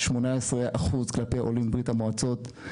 18% כלפי עולים מברית המועצות,